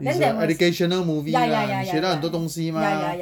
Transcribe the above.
it's a educational movie lah 你学到很多东西吗